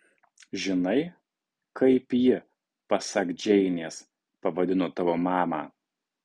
žinai kaip ji pasak džeinės pavadino tavo mamą